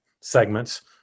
segments